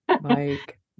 Mike